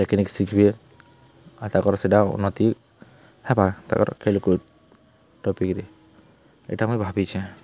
technique ଶିଖିବେ ଆଉ ତାଙ୍କର ସେଟା ଉନ୍ନତି ହେବ ତାଙ୍କର ଖେଳକୁ ଟପିକ୍ରେ ଏଇଟା ମୁଁ ଭାବିଛି